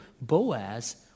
Boaz